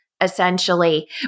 essentially